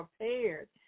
prepared